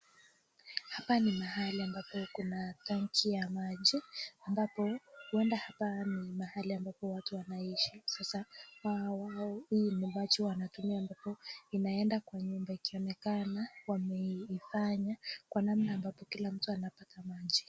Hapa ni mahali ambapo kuna tanki ya maji, ambapo huenda hapa ni mahali ambapo watu wanaishi, sasa hii ni maji wanatumia ambapo inaenda kwa nyumba, inaonekana wameifanya kwa namna ambapo kila mtu anapata maji.